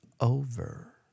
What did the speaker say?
over